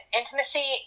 intimacy